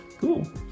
Cool